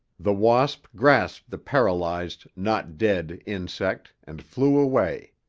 the wasp grasped the paralyzed, not dead, insect and flew away.